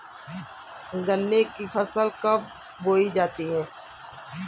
गन्ने की फसल कब बोई जाती है?